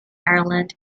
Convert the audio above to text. ireland